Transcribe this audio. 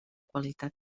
qualitat